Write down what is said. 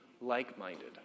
like-minded